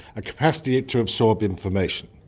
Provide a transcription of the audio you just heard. a capacity to absorb information,